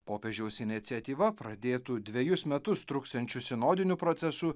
popiežiaus ineciatyva pradėtu dvejus metus truksiančiu sinodiniu procesu